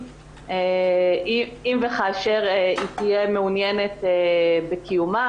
אם וכאשר הם יהיו מעוניינים בקיומה.